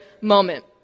moment